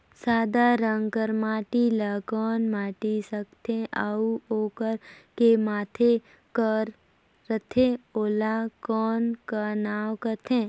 सादा रंग कर माटी ला कौन माटी सकथे अउ ओकर के माधे कर रथे ओला कौन का नाव काथे?